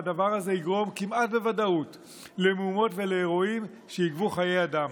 והדבר הזה יגרום כמעט בוודאות למהומות ואירועים שיגבו חיי אדם.